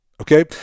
Okay